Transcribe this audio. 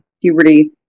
puberty